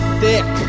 thick